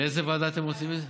לאיזו ועדה אתם רוצים את זה?